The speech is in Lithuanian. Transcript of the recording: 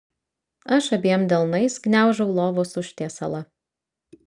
aš abiem delnais gniaužau lovos užtiesalą